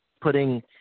putting